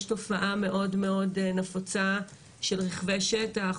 יש תופעה מאוד מאוד נפוצה של רכבי שטח,